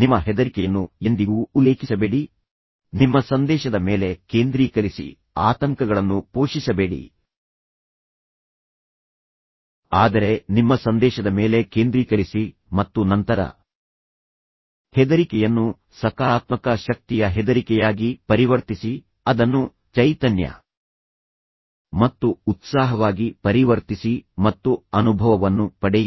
ನಿಮ್ಮ ಹೆದರಿಕೆಯನ್ನು ಎಂದಿಗೂ ಉಲ್ಲೇಖಿಸಬೇಡಿ ನಿಮ್ಮ ಸಂದೇಶದ ಮೇಲೆ ಕೇಂದ್ರೀಕರಿಸಿ ಆತಂಕಗಳನ್ನು ಪೋಷಿಸಬೇಡಿ ಆದರೆ ನಿಮ್ಮ ಸಂದೇಶದ ಮೇಲೆ ಕೇಂದ್ರೀಕರಿಸಿ ಮತ್ತು ನಂತರ ಹೆದರಿಕೆಯನ್ನು ಸಕಾರಾತ್ಮಕ ಶಕ್ತಿಯ ಹೆದರಿಕೆಯಾಗಿ ಪರಿವರ್ತಿಸಿ ಅದನ್ನು ಚೈತನ್ಯ ಮತ್ತು ಉತ್ಸಾಹವಾಗಿ ಪರಿವರ್ತಿಸಿ ಮತ್ತು ಅನುಭವವನ್ನು ಪಡೆಯಿರಿ